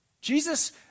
Jesus